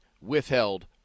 withheld